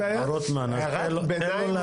גם בעזרת כמובן ארגון זולת.